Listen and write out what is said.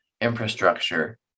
infrastructure